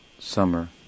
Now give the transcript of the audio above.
summer